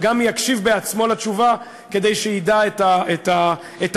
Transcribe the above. וגם יקשיב בעצמו לתשובה כדי שידע את הפרטים.